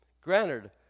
Granted